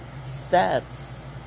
steps